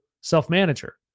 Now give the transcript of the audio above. self-manager